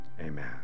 Amen